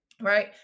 Right